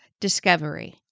DISCOVERY